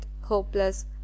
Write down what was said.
hopeless